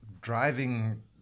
driving